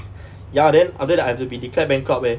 ya then after that I have to be declared bankrupt leh